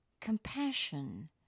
compassion